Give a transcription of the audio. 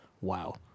Wow